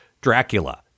Dracula